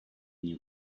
new